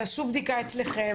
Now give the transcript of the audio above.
תעשו בדיקה אצלכם,